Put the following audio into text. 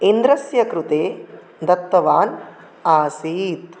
इन्द्रस्य कृते दत्तवान् आसीत्